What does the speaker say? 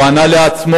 הוא ענה לעצמו: